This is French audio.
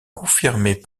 confirmées